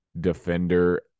defender